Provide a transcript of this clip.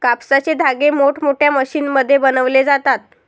कापसाचे धागे मोठमोठ्या मशीनमध्ये बनवले जातात